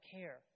care